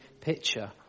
picture